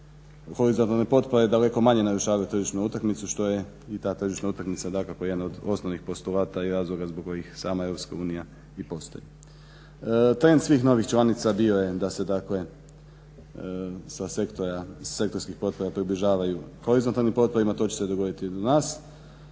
horizontalne potpore daleko manje narušavaju tržišnu utakmicu što je i ta tržišna utakmica dakako jedan od osnovnih postulata i razloga zbog kojih sama EU i postoji. Trend svih novih članica bio je da se dakle sa sektorskih potpora približavaju horizontalnim potporama. To će se dogoditi i nama.